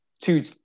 two